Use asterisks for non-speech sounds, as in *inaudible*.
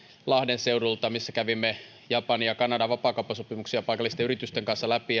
lahden seudulta missä kävimme japanin ja kanadan vapaakauppasopimuksia paikallisten yritysten kanssa läpi *unintelligible*